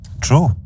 True